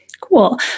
Cool